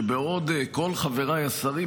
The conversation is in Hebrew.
בעוד כל חבריי השרים,